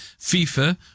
FIFA